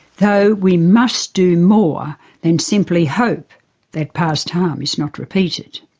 though we must do more than simply hope that past harm is not repeated.